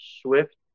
Swift